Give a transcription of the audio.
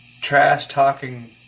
trash-talking